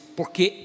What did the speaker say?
porque